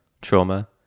trauma